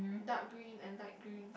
dark green and light green